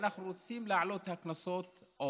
אנחנו רוצים להעלות עוד את הקנסות.